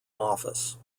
office